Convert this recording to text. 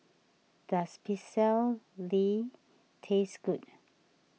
does Pecel Lele taste good